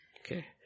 Okay